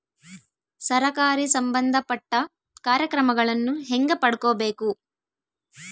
ಸರಕಾರಿ ಸಂಬಂಧಪಟ್ಟ ಕಾರ್ಯಕ್ರಮಗಳನ್ನು ಹೆಂಗ ಪಡ್ಕೊಬೇಕು?